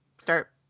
start